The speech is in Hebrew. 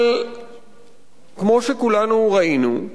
אבל כמו שכולנו ראינו,